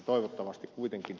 kähkönen viittasi